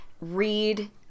read